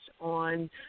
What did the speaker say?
on